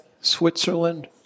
Switzerland